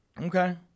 Okay